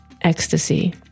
ecstasy